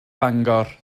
bangor